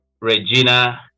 Regina